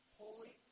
holy